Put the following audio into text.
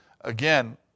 again